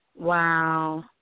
Wow